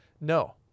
No